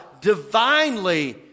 divinely